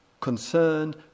concerned